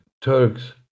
Turks